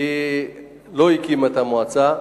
והיא לא הקימה את המועצה.